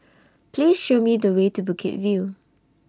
Please Show Me The Way to Bukit View